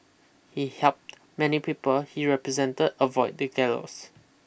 he helped many people he represent avoid the gallows